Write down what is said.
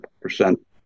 percent